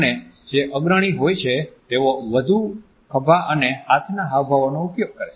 અને જે અગ્રણી હોય છે તેઓ વધુ ખભા અને હાથના હાવભાવનો ઉપયોગ કરે છે